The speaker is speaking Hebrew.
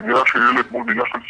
כי זו מילה של ילד מול מילה של סייעת,